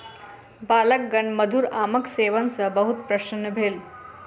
बालकगण मधुर आमक सेवन सॅ बहुत प्रसन्न भेल